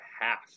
half